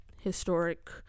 historic